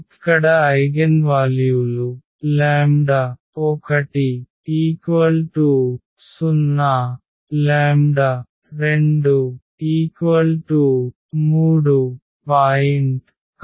ఇక్కడ ఐగెన్వాల్యూలు 1 02 3